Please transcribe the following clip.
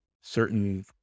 certain